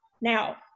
Now